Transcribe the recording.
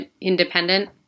independent